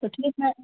तो ठीक है